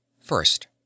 First